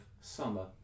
summer